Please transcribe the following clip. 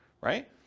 right